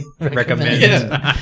recommend